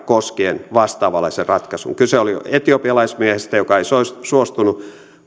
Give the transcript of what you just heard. koskien vastaavanlaisen ratkaisun kyse oli etiopialaismiehestä joka ei suostunut